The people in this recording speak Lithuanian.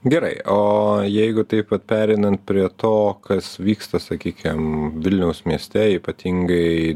gerai o jeigu taip vat pereinant prie to kas vyksta sakykim vilniaus mieste ypatingai